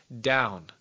down